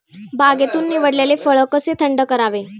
बागेतून निवडलेले फळ कसे थंड करावे?